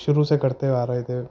شروع سے کرتے ہوئے آ رہے تھے